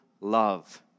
love